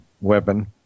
weapon